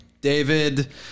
David